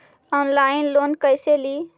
Online loan कैसे ली?